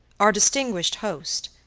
our distinguished host,